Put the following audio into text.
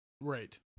Right